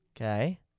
Okay